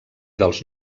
dels